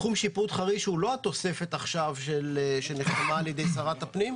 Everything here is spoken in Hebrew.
תחום שיפוט חריש הוא לא התוספת עכשיו שנחתמה על-ידי שרת הפנים,